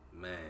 man